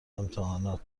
امتحانات